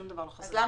שום דבר לא חסוי.